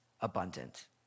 abundant